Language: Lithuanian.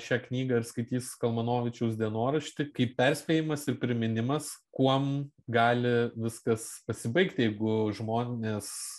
šią knygą ir skaitys kalmanovičiaus dienoraštį kaip perspėjimas ir priminimas kuom gali viskas pasibaigti jeigu žmonės